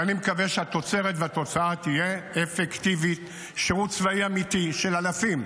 ואני מקווה שהתוצרת והתוצאה יהיו אפקטיביות: שירות צבאי אמיתי של אלפים.